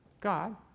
God